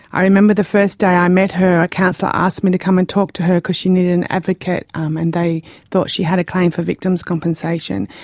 i remember the first day i met her, her counsellor asked me to come and talk to her because she needed an advocate um and they thought she had a claim for victims compensation.